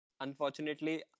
Unfortunately